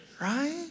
right